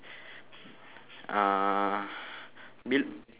uh bel~